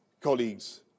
colleagues